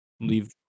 Leave